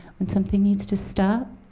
when something needs to stop,